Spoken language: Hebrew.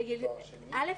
א',